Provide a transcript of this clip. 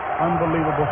unbelievable